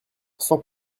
sans